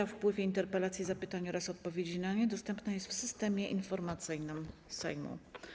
o wpływie interpelacji, zapytań oraz odpowiedzi na nie dostępna jest w Systemie Informacyjnym Sejmu.